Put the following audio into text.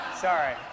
Sorry